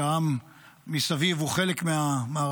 העם מסביב הוא חלק מהמערכה,